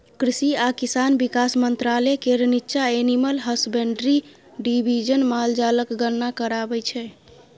कृषि आ किसान बिकास मंत्रालय केर नीच्चाँ एनिमल हसबेंड्री डिबीजन माल जालक गणना कराबै छै